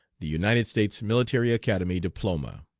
the united states military academy diploma,